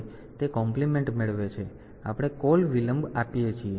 તેથી તે કોમ્પ્લીમેન્ટ મેળવે છે પછી આપણે કૉલ વિલંબ આપીએ છીએ